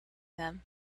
them